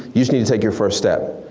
you just need to take your first step.